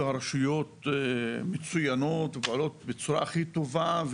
הרשויות מצוינות ופועלות בצורה הכי טובה,